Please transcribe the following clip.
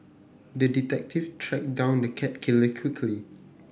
the detective tracked down the cat killer quickly